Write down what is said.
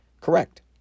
Correct